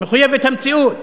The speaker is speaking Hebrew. מחויבת המציאות,